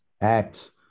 acts